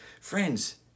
Friends